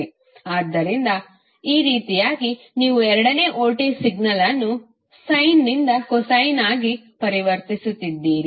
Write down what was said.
ಆದ್ದರಿಂದ ಈ ರೀತಿಯಾಗಿ ನೀವು ಎರಡನೇ ವೋಲ್ಟೇಜ್ ಸಿಗ್ನಲ್ ಅನ್ನು ಸಯ್ನ ದಿಂದ ಕೊಸೈನ್ ಆಗಿ ಪರಿವರ್ತಿಸುತ್ತಿದ್ದೀರಿ